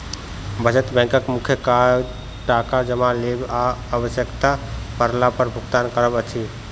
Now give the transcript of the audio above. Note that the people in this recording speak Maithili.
बचत बैंकक मुख्य काज टाका जमा लेब आ आवश्यता पड़ला पर भुगतान करब अछि